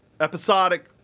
Episodic